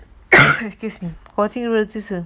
excuse me 国庆就是